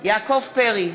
יעקב פרי,